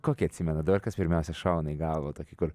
kokį atsimenat dabar kas pirmiausia šauna į galvą tokį kur